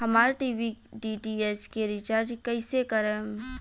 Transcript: हमार टी.वी के डी.टी.एच के रीचार्ज कईसे करेम?